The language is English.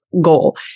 goal